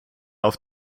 auf